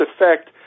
effect